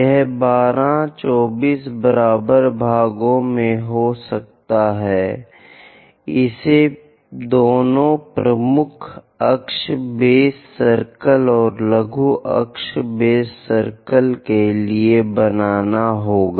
यह 12 24 बराबर भागों में से हो सकता है इसे दोनों प्रमुख अक्ष बेस सर्कल और लघु अक्ष बेस सर्कल के लिए बनाना होगा